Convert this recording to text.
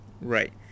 Right